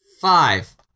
Five